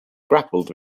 grappled